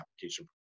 application